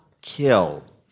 kill